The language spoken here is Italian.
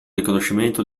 riconoscimento